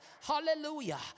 hallelujah